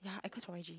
yeah Ikon's from Y_G